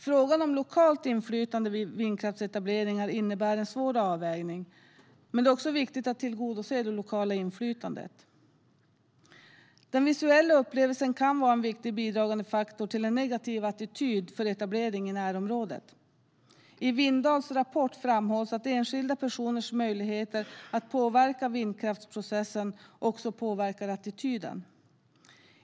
Frågan om lokalt inflytande vid vindkraftsetableringar innebär en svår avvägning, men det är också viktigt att tillgodose det lokala inflytandet. Den visuella upplevelsen kan vara en viktig bidragande faktor till en negativ attityd för etablering i närområdet. I Vindvals rapport framhålls att enskilda personers möjligheter att påverka vindkraftsprocessen också påverkar attityden.